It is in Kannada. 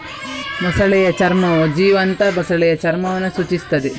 ಮೊಸಳೆಯ ಚರ್ಮವು ಜೀವಂತ ಮೊಸಳೆಯ ಚರ್ಮವನ್ನು ಸೂಚಿಸುತ್ತದೆ